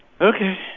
Okay